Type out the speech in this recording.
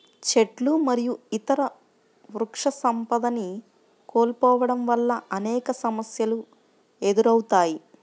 చెట్లు మరియు ఇతర వృక్షసంపదని కోల్పోవడం వల్ల అనేక సమస్యలు ఎదురవుతాయి